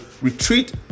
retreat